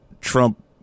trump